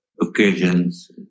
occasions